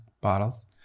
bottles